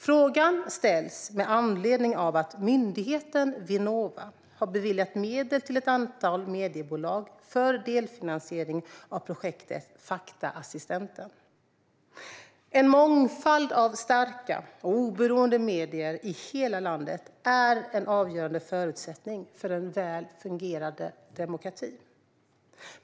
Frågan ställs med anledning av att myndigheten Vinnova har beviljat medel till ett antal mediebolag för delfinansiering av projektet Faktaassistenten. En mångfald av starka och oberoende medier i hela landet är en avgörande förutsättning för en väl fungerande demokrati.